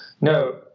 no